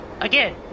Again